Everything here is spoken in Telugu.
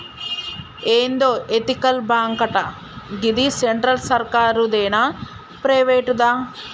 ఏందో ఎతికల్ బాంకటా, గిది సెంట్రల్ సర్కారుదేనా, ప్రైవేటుదా